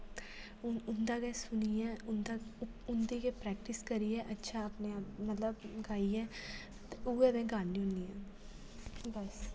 हून उन्दा गै सुनियै उंदी गै प्रैक्टिस करियै अच्छा अपने आप मतलब गाइयै उ'ऐ ने गान्नी होन्नी आं बस